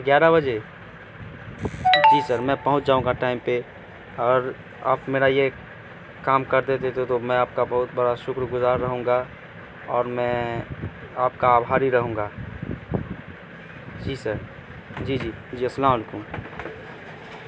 گیارہ بجے جی سر میں پہنچ جاؤں گا ٹائم پہ اور آپ میرا یہ کام کر دیتے تھے تو میں آپ کا بہت بڑا شکر گزار رہوں گا اور میں آپ کا آبھاری رہوں گا جی سر جی جی جی السلام علیکم